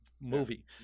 movie